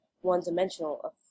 one-dimensional